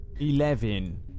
Eleven